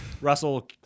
Russell